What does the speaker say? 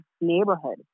neighborhood